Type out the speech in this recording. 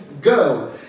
go